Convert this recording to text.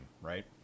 right